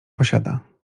posiada